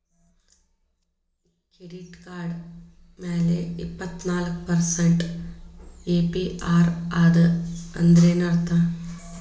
Credit card ಮ್ಯಾಲೆ ಇಪ್ಪತ್ನಾಲ್ಕ್ percent APR ಅದ ಅಂದ್ರೇನ್ ಅರ್ಥ?